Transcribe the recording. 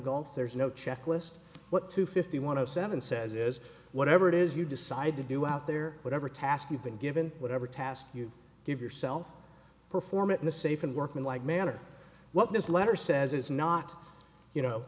gulf there's no checklist what to fifty one of seven says is whatever it is you decide to do out there whatever task you've been given whatever task you give yourself perform it in a safe and workman like manner what this letter says is not you know